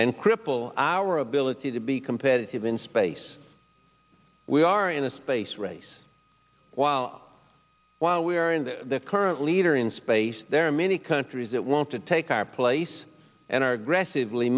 and cripple our ability to be competitive in space we are in a space race while while we are in the current leader in space there are many countries that want to take our place and are aggressively